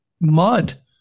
mud